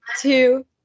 two